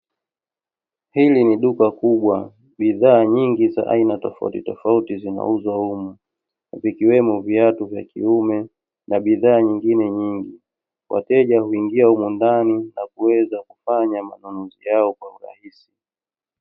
Hili ni duka kubwa; bidhaa nyingi za aina tofauti tofauti zinauzwa humu na vikiwemo viatu vya kiume, na bidhaa nyingine nyingi. Wateja huingia humu ndani na kuweza kufanya manunuzi yao kwa urahisi.